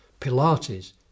pilates